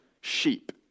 sheep